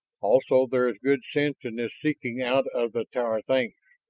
also there is good sense in this seeking out of the tower things.